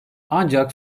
ancak